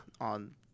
on